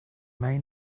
may